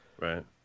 Right